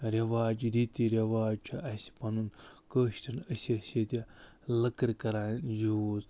رواج رٕتی رواج چھِ اَسہِ پَنُن کٲشِرَن أسۍ ٲسۍ ییٚتہِ لٕکٕر کران یوٗز